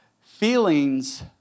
Feelings